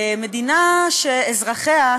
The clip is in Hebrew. מדינה שאזרחיה,